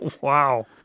Wow